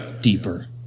deeper